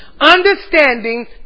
Understanding